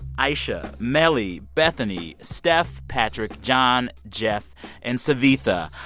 ayesha, mellie, bethany, steph, patrick, john, jeff and savita.